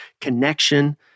connection